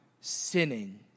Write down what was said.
sinning